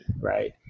right